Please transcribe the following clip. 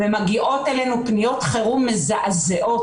ומגיעות אלינו פניות חירום מזעזעות,